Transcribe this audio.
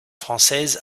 française